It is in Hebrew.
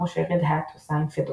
כמו ש־Red Hat עושה עם פדורה.